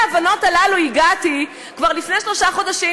להבנות הללו הגעתי כבר לפני שלושה חודשים,